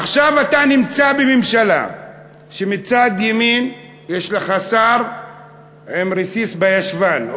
עכשיו אתה נמצא בממשלה שמצד ימין יש לך שר עם רסיס בישבן,